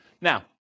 Now